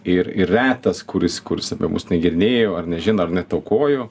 ir ir retas kuris kuris apie mus negirdėjo ar nežino ar net aukojo